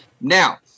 Now